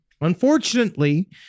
Unfortunately